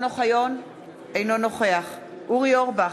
אינו נוכח אורי אורבך,